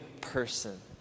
person